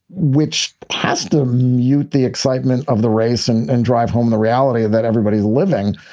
which has to mute the excitement of the race and and drive home the reality that everybody's living.